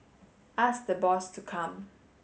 ask the boss to come